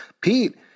Pete